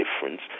difference